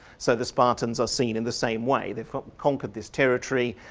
so the spartans are seen in the same way. they've conquered this territory,